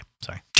sorry